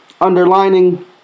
Underlining